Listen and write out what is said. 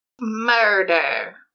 Murder